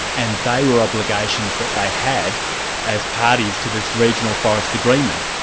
and they were obligations that they had as parties to this regional forest agreement,